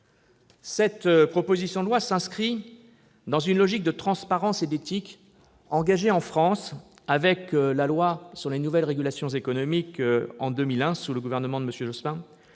Cette proposition de loi s'inscrit dans une logique de transparence et d'éthique engagée en France avec la loi de 2001 relative aux nouvelles régulations économiques, sous le gouvernement Jospin,